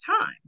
time